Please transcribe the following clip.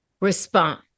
respond